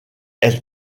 elle